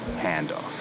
handoff